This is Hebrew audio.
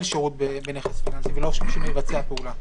שירות בנכס פיננסי ולא מי שמבצע פעולה.